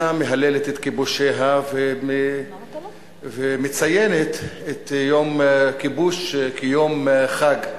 מהללת את כיבושיה ומציינת את יום הכיבוש כיום חג.